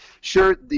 sure